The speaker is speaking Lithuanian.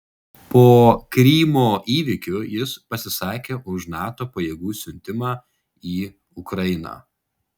po krymo įvykių jis pasisakė už nato pajėgų siuntimą į ukrainą